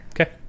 Okay